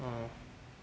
oh